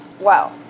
Wow